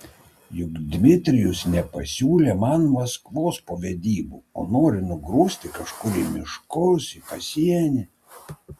juk dmitrijus nepasiūlė man maskvos po vedybų o nori nugrūsti kažkur į miškus į pasienį